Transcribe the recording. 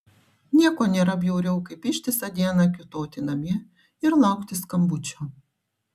nieko nėra bjauriau kaip ištisą dieną kiūtoti namie ir laukti skambučio